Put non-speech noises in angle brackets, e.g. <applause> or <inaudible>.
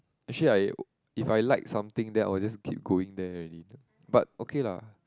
actually I <noise> if I like something then I will just keep going there already but okay lah